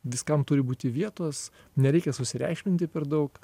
viskam turi būti vietos nereikia susireikšminti per daug